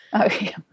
Okay